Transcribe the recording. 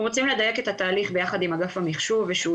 אנחנו רוצים לדייק את התהליך יחד עם אגף